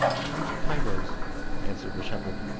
count piro's answered the shepherd,